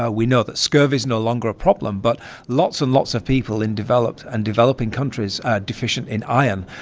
ah we know that scurvy is no longer a problem, but lots and lots of people in developed and developing countries are deficient in iron,